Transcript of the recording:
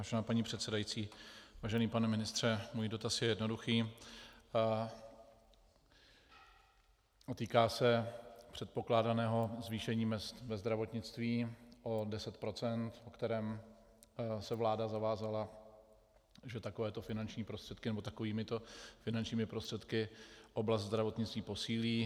Vážená paní předsedající, vážený pane ministře, můj dotaz je jednoduchý a týká se předpokládaného zvýšení mezd ve zdravotnictví o 10 %, o kterém se vláda zavázala, že takovéto finanční prostředky nebo takovýmito finančními prostředky oblast zdravotnictví posílí.